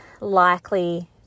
likely